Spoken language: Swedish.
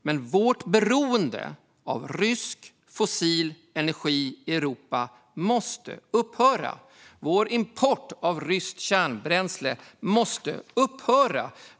Men vårt beroende av rysk fossil energi i Europa måste upphöra. Vår import av ryskt kärnbränsle måste upphöra.